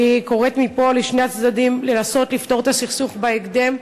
אני קוראת מפה לשני הצדדים לנסות לפתור את הסכסוך בהקדם,